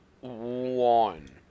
one